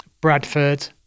Bradford